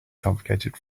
complicated